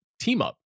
team-up